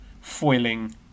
foiling